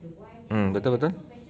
mm betul betul